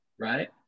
Right